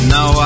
no